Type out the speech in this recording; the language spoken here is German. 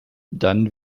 dann